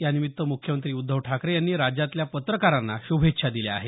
यानिमित्त मुख्यमंत्री उद्धव ठाकरे यांनी राज्यातल्या पत्रकारांना श्रभेच्छा दिल्या आहेत